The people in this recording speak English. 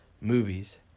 movies